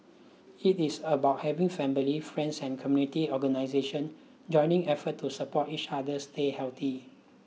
it is about having family friends and community organisation joining efforts to support each other stay healthy